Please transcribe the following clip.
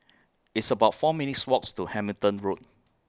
It's about four minutes' Walks to Hamilton Road